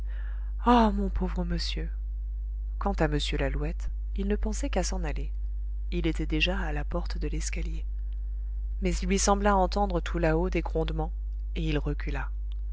ah mon pauvre monsieur quant à m lalouette il ne pensait qu'à s'en aller il était déjà à la porte de l'escalier mais il lui sembla entendre tout là-haut des grondements et il recula